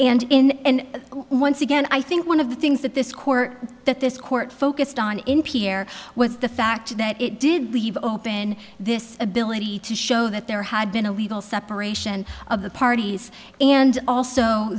and in and once again i think one of the things that this court that this court focused on n p r was the fact that it did leave open this ability to show that there had been a legal separation of the parties and also